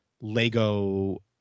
Lego